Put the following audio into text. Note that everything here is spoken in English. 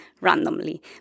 randomly